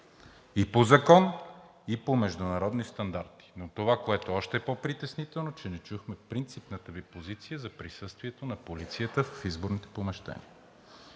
и по закон, и по международни стандарти. Но това, което е още по-притеснително, е, че не чухме принципната Ви позиция за присъствието на полицията в изборните помещения.